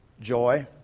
joy